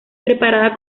preparada